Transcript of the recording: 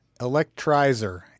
electrizer